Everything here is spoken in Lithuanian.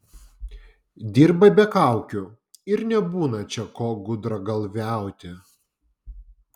dirba be kaukių ir nebūna čia ko gudragalviauti